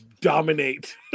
dominate